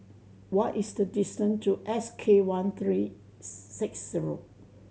what is the distance to S K one three six zero